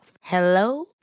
Hello